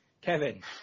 Kevin